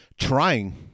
trying